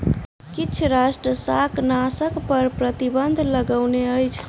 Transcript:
किछ राष्ट्र शाकनाशक पर प्रतिबन्ध लगौने अछि